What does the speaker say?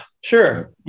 sure